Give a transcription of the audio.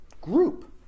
group